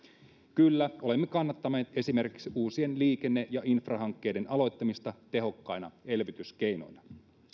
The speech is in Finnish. kyllä olemme kannattaneet esimerkiksi uusien liikenne ja infrahankkeiden aloittamista tehokkaina elvytyskeinoina